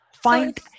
Find